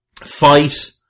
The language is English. fight